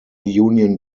union